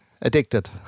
addicted